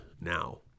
now